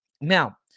Now